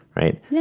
right